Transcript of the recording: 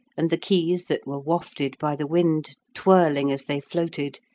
and the keys that were wafted by the wind, twirling as they floated,